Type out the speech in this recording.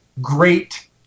great